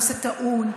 הנושא טעון,